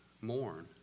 mourn